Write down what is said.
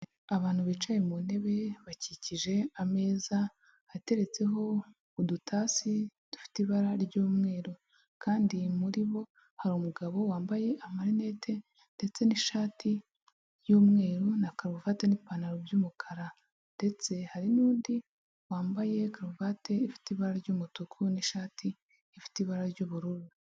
Abantu bicaye mu ntebe bakikije ameza, ateretseho udutasi dufite ibara ry'umweru kandi muri bo, hari umugabo wambaye amarinete ndetse n'ishati y'umweru na karuvati n'ipantaro by'umukara. Ndetse hari n'undi wambaye karuvati ifite ibara ry'umutuku n'ishati ifite ibara ry'ubururu.